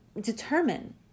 determine